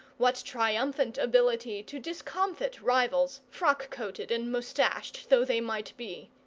what triumphant ability to discomfit rivals, frock-coated and moustached though they might be!